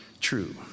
true